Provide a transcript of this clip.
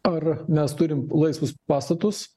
ar mes turim laisvus pastatus